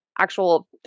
actual